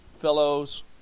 fellows